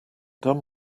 done